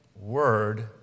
word